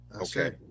Okay